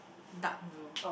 dark blue